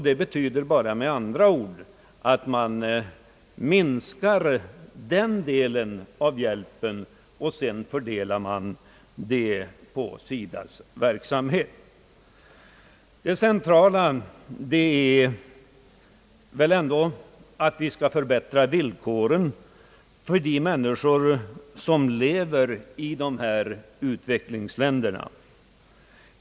Det betyder med andra ord bara att man minskar denna del av hjälpen och sedan fördelar pengarna på SIDA:s verksamhet. Det centrala är väl ändå att vi skall förbättra villkoren för de människor som lever i utvecklingsländerna.